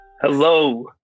Hello